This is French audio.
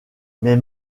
mes